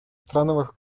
страновых